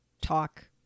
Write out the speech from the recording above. talk